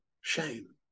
shame